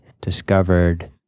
discovered